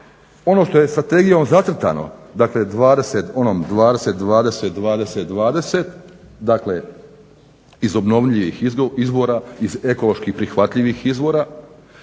ono što je sa strategijom zacrtano dakle onom 20-20-20-20 dakle iz obnovljivih izvora, iz ekološki prihvatljivih izvora,